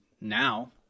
now